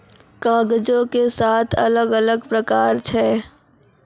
कागजो के सात अलग अलग प्रकार छै